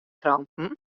kranten